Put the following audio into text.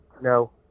No